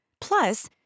Plus